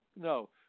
no